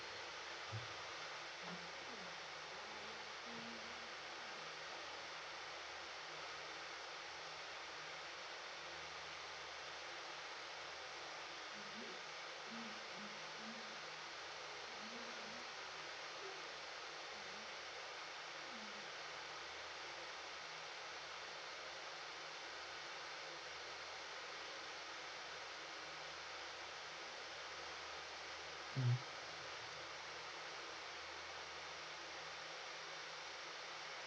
mm